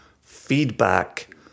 feedback